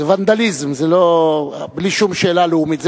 זה ונדליזם, בלי שום שאלה לאומית.